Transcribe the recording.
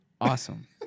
awesome